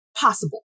possible